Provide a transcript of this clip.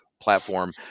platform